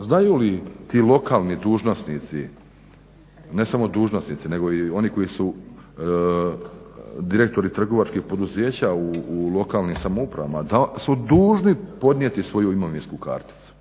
znaju li ti lokalni dužnosnici, ne samo dužnosnici nego i oni koji su direktori trgovačkih poduzeća u lokalnim samoupravama, da su dužni podnijeti svoju imovinsku karticu,